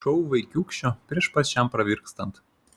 šou vaikiūkščio prieš pat šiam pravirkstant